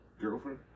Girlfriend